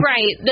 Right